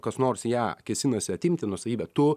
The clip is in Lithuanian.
kas nors ją kėsinasi atimti nuosavybę tu